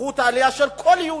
זכות העלייה של כל יהודי,